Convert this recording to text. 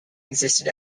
existed